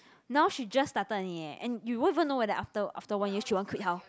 now she just started only eh and you won't even know whether after after one year she want quit how